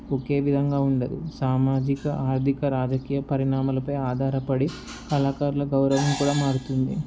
ఒకే విధంగా ఉండదు సామాజిక ఆర్థిక రాజకీయ పరిణామాలపై ఆధారపడి కళాకారుల గౌరవం కూడా మారుతుంది